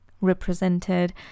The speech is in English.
represented